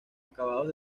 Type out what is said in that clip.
acabados